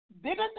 bigger